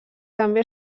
també